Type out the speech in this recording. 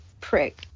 prick